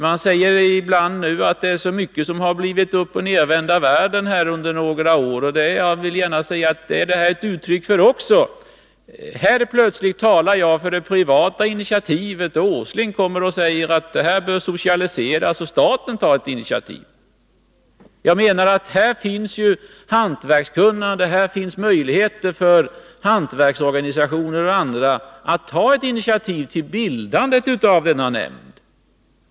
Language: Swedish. Man säger ibland att det i så många fall har blivit uppochnedvända världen under några år. Jag vill gärna framhålla att det här också är ett uttryck för det. Plötsligt talar jag ju för det privata initiativet. Nils Åsling kommer samtidigt och säger att det här bör socialiseras och att staten bör ta ett initiativ. Jag menar att här finns ett hantverkskunnande och möjligheter för hantverksorganisationer och andra att ta initiativ till bildandet av en nämnd.